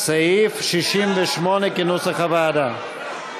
סעיף 68 כנוסח הוועדה.